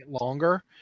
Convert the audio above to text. longer